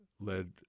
led